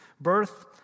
birth